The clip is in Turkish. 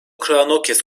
kraounakis